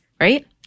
right